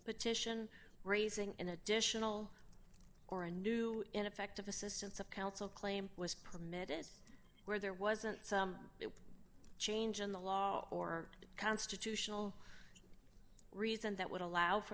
petition raising an additional or a new ineffective assistance of counsel claim was permitted where there wasn't some change in the law or constitutional reason that would allow for